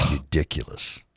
ridiculous